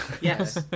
Yes